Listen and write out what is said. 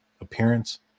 appearance